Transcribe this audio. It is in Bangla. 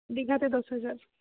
দীঘাতে দশ হাজার